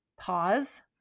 pause